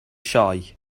sioe